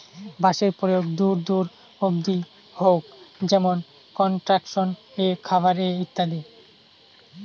বাঁশের প্রয়োগ দূর দূর অব্দি হউক যেমন কনস্ট্রাকশন এ, খাবার এ ইত্যাদি